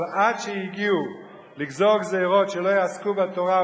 אבל עד שהגיעו לגזור גזירות שלא יעסקו בתורה,